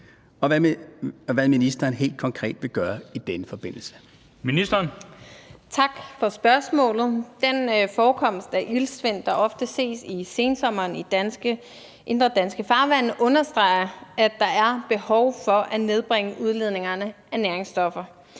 16:09 Miljøministeren (Lea Wermelin): Tak for spørgsmålet. Den iltsvind, der ofte forekommer i sensommeren i indre danske farvande, understreger, at der er behov for at nedbringe udledningerne af næringsstoffer.